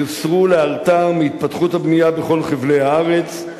יוסרו לאתר מהתפתחות הבנייה בכל חבלי הארץ,